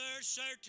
certain